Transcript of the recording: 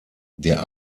der